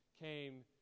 came